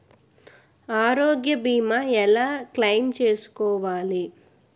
ఆరోగ్య భీమా ఎలా క్లైమ్ చేసుకోవాలి?